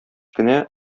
кенә